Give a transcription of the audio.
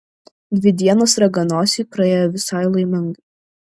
dvi dienos raganosiui praėjo visai laimingai